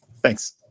Thanks